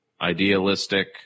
idealistic